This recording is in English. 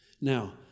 Now